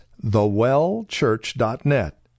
thewellchurch.net